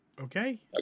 okay